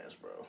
bro